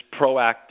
proactive